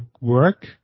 work